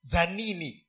Zanini